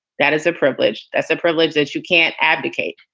that is a privilege. that's a privilege that you can't abdicate.